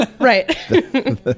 Right